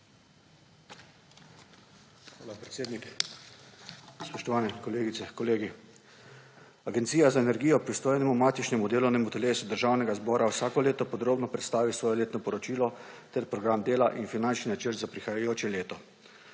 Hvala, predsednik. Spoštovane kolegice, kolegi! Agencija za energijo pristojnemu matičnemu delovnemu telesu Državnega zbora vsako leto podrobno predstavi svoje letno poročilo ter program dela in finančni načrt za prihajajoče leto.